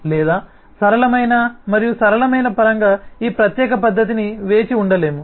లేదా సరళమైన మరియు సరళమైన పరంగా ఈ ప్రత్యేక పద్ధతిని వేచి ఉండలేము